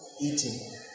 eating